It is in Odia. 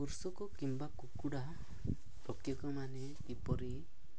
କୃଷକ କିମ୍ବା କୁକୁଡ଼ା ରକ୍ଷକମାନେ କିପରି